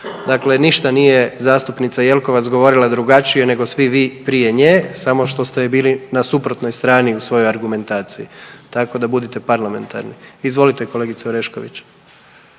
Dakle, ništa nije zastupnica Jeklovac govorila drugačije nego svi vi prije nje, samo što ste bili na suprotnoj strani u svojoj argumentaciji. Tako da budete parlamentarni. Izvolite kolegice Orešković.